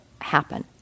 happen